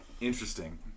Interesting